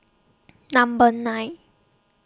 Number nine